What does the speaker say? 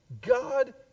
God